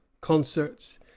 concerts